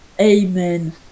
amen